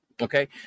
Okay